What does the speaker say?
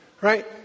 right